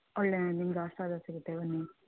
ಒಳ್ಳೆಯ ನಿಮ್ಗೆ ಆಶೀರ್ವಾದ ಸಿಗುತ್ತೆ ಬನ್ನಿ